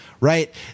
right